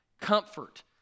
comfort